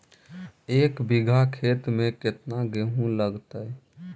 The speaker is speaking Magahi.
एक बिघा खेत में केतना गेहूं लगतै?